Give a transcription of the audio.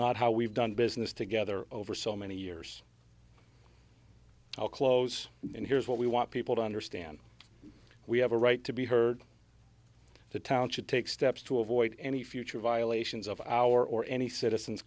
not how we've done business together over so many years how close and here's what we want people to understand we have a right to be heard the town should take steps to avoid any future violations of our or any citizen